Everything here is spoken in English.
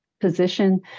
position